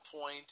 point